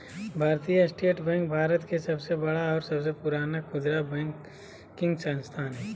भारतीय state bank Bharat के सबसे बड़ा और सबसे पुराना खुदरा बैंकिंग संस्थान हइ